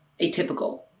Atypical